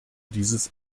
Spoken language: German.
dieses